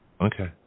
Okay